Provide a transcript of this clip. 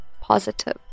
positive